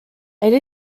elle